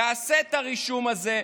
יעשה את הרישום הזה,